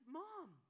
mom